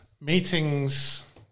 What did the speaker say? meetings